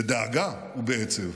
בדאגה ובעצב,